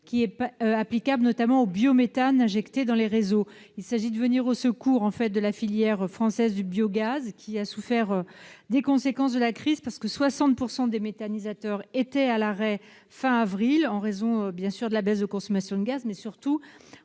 naturel, applicable, notamment, au biométhane injecté dans les réseaux. Il s'agit de venir au secours de la filière française du biogaz, qui souffre des conséquences de la crise : 60 % des méthaniseurs étaient à l'arrêt fin avril, compte tenu de la baisse de consommation de gaz, mais surtout